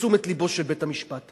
בתשומת לבו של בית-המשפט.